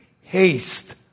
haste